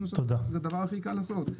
זה הדבר הכי קל לעשות.